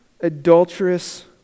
adulterous